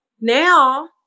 Now